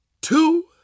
two